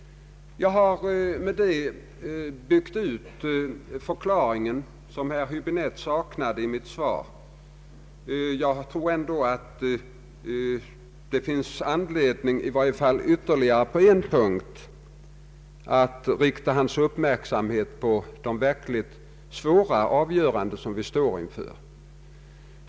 Jag har med detta byggt ut den förklaring som herr Hibinette saknar i mitt svar. Jag tror dock att det på ytterligare en punkt finns anledning att rikta hans uppmärksamhet på de verkligt svåra avgöranden som vi står inför.